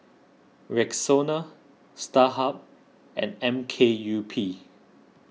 Rexona Starhub and M K U P